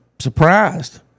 surprised